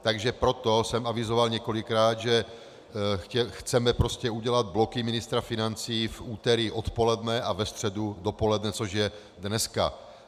Takže proto jsem avizoval několikrát, že chceme prostě udělat bloky ministra financí v úterý odpoledne a ve středu dopoledne, což je dneska.